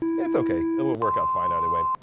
it's okay, it'll work out fine either way.